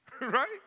Right